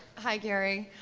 hi gary,